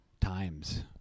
times